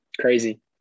Crazy